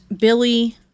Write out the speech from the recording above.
Billy